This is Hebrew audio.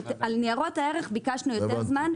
על נירות הערך ביקשנו יותר זמן,